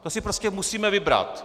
To si prostě musíme vybrat.